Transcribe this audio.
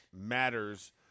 matters